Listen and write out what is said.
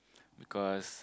because